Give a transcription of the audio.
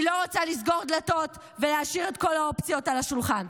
היא לא רוצה לסגור דלתות ולהשאיר את כל האופציות על השולחן.